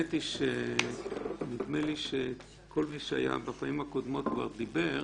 נדמה לי שכל מי שהיה בפעמים הקודמות כבר דיבר,